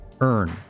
earn